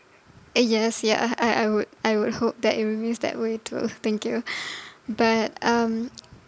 uh yes yeah I I would I would hope that it remains that way too thank you but um